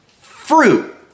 fruit